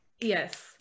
Yes